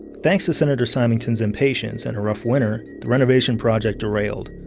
thanks to senator symington's impatience and a rough winter, the renovation project derailed.